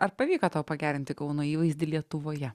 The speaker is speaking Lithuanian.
ar pavyko tau pagerinti kauno įvaizdį lietuvoje